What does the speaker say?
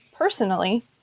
Personally